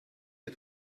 der